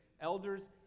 elders